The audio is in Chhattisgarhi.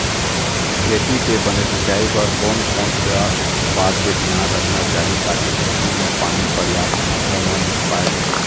खेती के बने सिचाई बर कोन कौन सा बात के धियान रखना चाही ताकि खेती मा पानी पर्याप्त मात्रा मा मिल पाए?